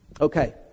Okay